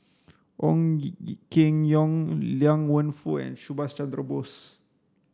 Ong Keng Yong Liang Wenfu and Subhas Chandra Bose